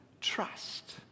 trust